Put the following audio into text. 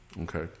okay